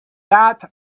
that